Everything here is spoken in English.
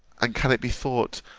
and can it be thought,